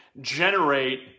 generate